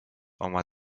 oma